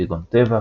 כגון טבע,